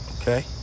okay